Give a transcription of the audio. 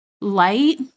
Light